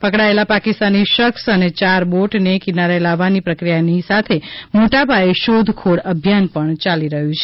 પકડાયેલા પાકિસ્તાની શખ્સો અને તેમની ચાર બોટને કિનારે લાવવાની પક્રિયાની સાથે મોટાપાયે શોધખોળ અભિયાન પણ યાલી રહ્યું છે